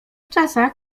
czasach